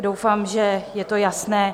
Doufám, že je to jasné.